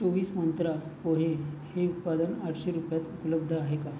चोवीस मंत्रा पोहे हे उत्पादन आठशे रुपयात उपलब्ध आहे का